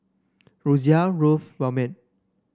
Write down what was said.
Rosia love Ramen